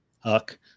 Huck